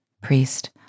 priest